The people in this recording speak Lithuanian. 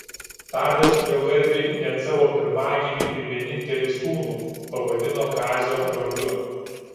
tadas jo garbei net savo pirmagimį ir vienintelį sūnų pavadino kazio vardu